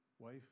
Wife